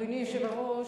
אדוני היושב-ראש,